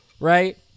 right